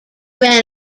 ran